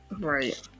Right